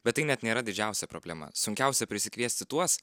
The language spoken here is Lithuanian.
bet tai net nėra didžiausia problema sunkiausia prisikviesti tuos